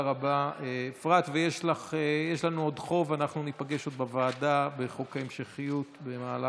ארבעה חברי כנסת בעד, מתנגדים, אין, נמנעים אין.